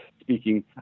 speaking